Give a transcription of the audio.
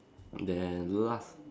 then last